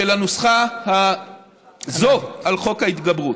של הנוסחה הזאת של חוק ההתגברות.